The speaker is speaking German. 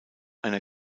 einer